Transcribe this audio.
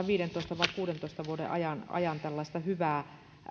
viidentoista vai kuudentoista vuoden ajan ajan tällaista hyvää